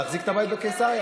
להחזיק את הבית בקיסריה.